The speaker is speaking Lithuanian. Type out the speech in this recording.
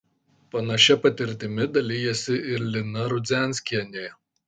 panašia patirtimi dalijasi ir lina rudzianskienė